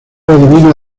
adivina